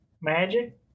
Magic